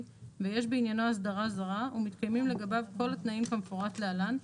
ויש בעניינו אסדרה זרה ומתקיימים לגביו כל התנאים כמפורט להלן,